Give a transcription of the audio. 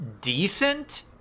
decent